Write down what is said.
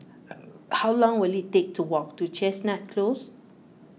how long will it take to walk to Chestnut Close